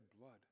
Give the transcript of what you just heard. blood